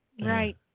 Right